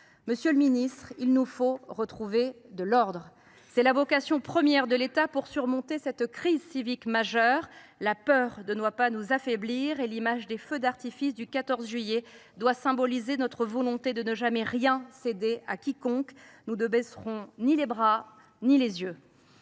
Monsieur le ministre, il nous faut retrouver de l’ordre ! C’est la vocation première de l’État, pour surmonter cette crise civique majeure. La peur ne doit pas nous affaiblir. Et l’image des feux d’artifice du 14 juillet doit symboliser notre volonté de ne jamais rien céder à quiconque. Nous ne baisserons ni les bras ni les yeux.